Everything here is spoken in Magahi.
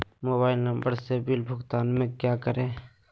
मोबाइल नंबर से बिल भुगतान में क्या करें?